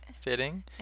fitting